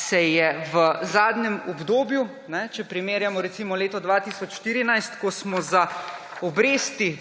se je v zadnjem obdobju, če primerjamo, recimo, leto 2014, ko smo za obresti,